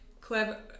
clever